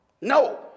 No